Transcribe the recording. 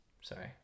Sorry